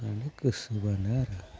माने गोसोब्लानो आरो